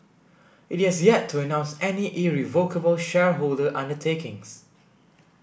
it has yet to announce any irrevocable shareholder undertakings